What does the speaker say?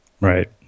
Right